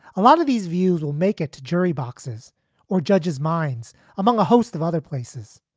a lot of these views will make it to jury boxes or judges minds among a host of other places.